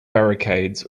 barricades